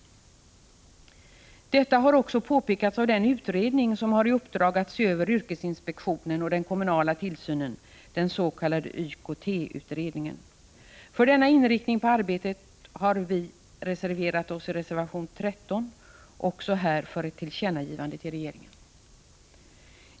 1985/86:109 Detta har också påpekats av den utredning som har i uppdrag att se över — 4 april 1986 yrkesinspektionen och den kommunala tillsynen, den s.k. YKT-utredningen. För denna inriktning av arbetet har vi uttalat oss i reservation 13. Även detta bör ges regeringen till känna.